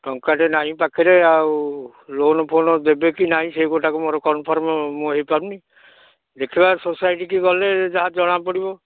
ଟଙ୍କାଟେ ନାହିଁ ପାଖରେ ଆଉ ଲୋନ୍ ଫୋନ୍ ଦେବେ କି ନାଇଁ ସେଇ ଗୋଟାକୁ ମୋର କନ୍ଫର୍ମ୍ ମୁଁ ହୋଇପାରୁନି ଦେଖିବା ସୋସାଇଟିକୁ ଗଲେ ଯାହା ଜଣାପଡ଼ିବ